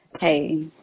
hey